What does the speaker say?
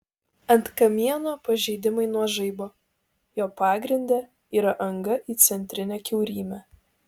ant kamieno pažeidimai nuo žaibo jo pagrinde yra anga į centrinę kiaurymę